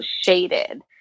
shaded